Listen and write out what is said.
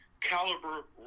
caliber